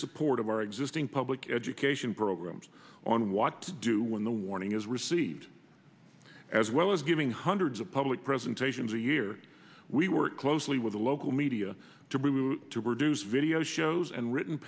support of our existing public education programs on what to do when the warning is received as well as giving hundreds of public presentations a year we work closely with the local media to bring to reduce video shows and written